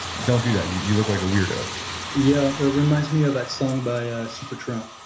don't do that. you you look like a weirdo yeah. reminds me of that song by ah super tramp.